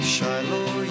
Shiloh